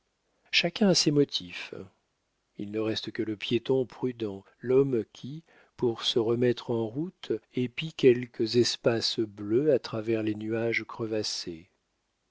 chacun a ses motifs il ne reste que le piéton prudent l'homme qui pour se remettre en route épie quelques espaces bleus à travers les nuages crevassés